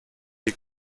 die